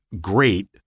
great